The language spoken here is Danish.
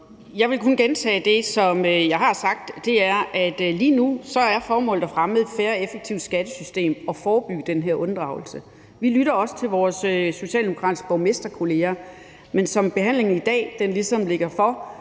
Jeg vil kun gentage det, som jeg har sagt, og det er, at lige nu er formålet at fremme et fair og effektivt skattesystem og forebygge den her unddragelse. Vi lytter også til vores socialdemokratiske borgmesterkolleger, men som behandlingen i dag har vist,